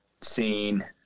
seen